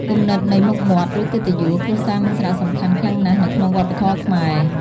គំនិតនៃ "មុខមាត់" ឬ "កិត្តិយស" គ្រួសារមានសារៈសំខាន់ខ្លាំងណាស់នៅក្នុងវប្បធម៌ខ្មែរ។